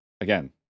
again